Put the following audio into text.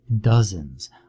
Dozens